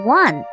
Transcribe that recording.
one